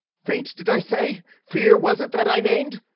faint, did i say? fear was it that i named?